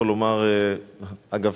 יכול לומר אגב,